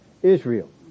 Israel